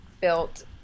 built